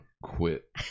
quit